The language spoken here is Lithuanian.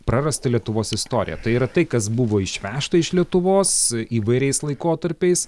prarastą lietuvos istoriją tai yra tai kas buvo išvežta iš lietuvos įvairiais laikotarpiais